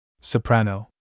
Soprano